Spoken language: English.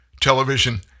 television